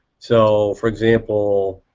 so for example,